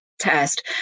test